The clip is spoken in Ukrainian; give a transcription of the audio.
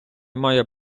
має